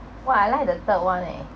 !wah! I like the third one leh